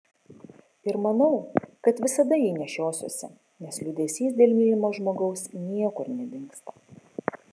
ir manau kad visada jį nešiosiuosi nes liūdesys dėl mylimo žmogaus niekur nedingsta